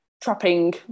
trapping